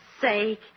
sake